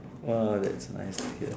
!wow! that's nice to hear